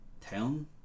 Town